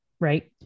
right